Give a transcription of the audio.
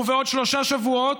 ובעוד שלושה שבועות,